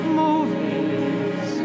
movies